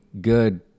good